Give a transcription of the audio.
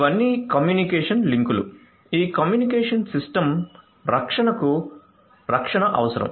ఇవన్నీ కమ్యూనికేషన్ లింకులు ఈ కమ్యూనికేషన్ సిస్టమ్ రక్షణకు రక్షణ అవసరం